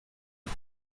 its